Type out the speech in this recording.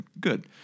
Good